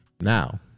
Now